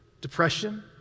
Depression